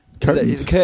Curtains